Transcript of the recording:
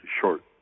short